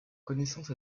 connaissance